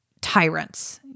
tyrants